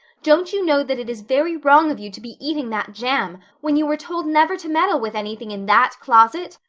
don't you know that it is very wrong of you to be eating that jam, when you were told never to meddle with anything in that closet?